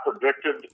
predicted